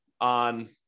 on